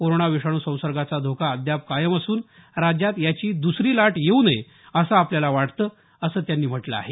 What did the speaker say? corona विषाणू संसर्गाचा धोका अद्याप कायम असून राज्यात याची दुसरी लाट येऊ नये असं आपल्याला वाटतं असं त्यांनी म्हटलं आहे